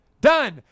Done